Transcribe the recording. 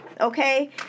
okay